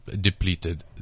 depleted